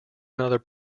another